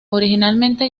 originalmente